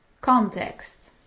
Context